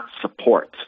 support